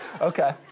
Okay